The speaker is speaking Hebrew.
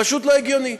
פשוט לא הגיוני.